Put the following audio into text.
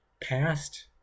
past